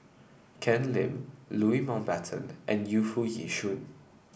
Ken Lim Louis Mountbatten and Yu Foo Yee Shoon